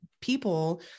people